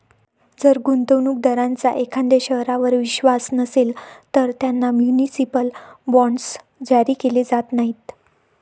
जर गुंतवणूक दारांचा एखाद्या शहरावर विश्वास नसेल, तर त्यांना म्युनिसिपल बॉण्ड्स जारी केले जात नाहीत